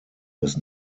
des